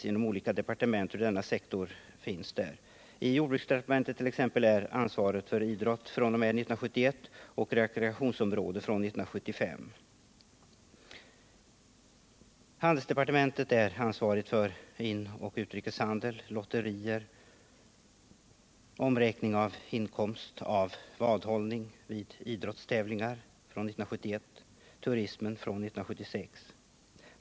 Jordbruksdepartementet har t.ex. ansvaret för idrotten fr.o.m. 1971 och för frågor inom rekreationsområdet fr.o.m. 1975. Handelsdepartementet är ansvarigt för inoch utrikeshandel samt för lotterier. Sedan 1971 har handelsdepartementet ansvarat för omräkning av inkomster av vadhållning vid idrottstävlingar och sedan 1976 för turismen.